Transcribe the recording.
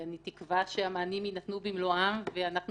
אני תקווה שהמענים יינתנו במלואם ואנחנו